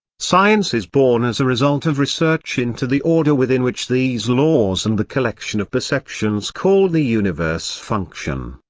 science is born as a result of research into the order within which these laws and the collection of perceptions called the universe function.